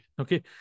Okay